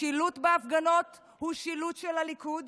השילוט בהפגנות הוא שילוט של הליכוד,